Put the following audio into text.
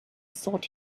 sought